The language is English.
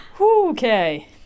Okay